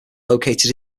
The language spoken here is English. located